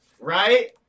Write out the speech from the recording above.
Right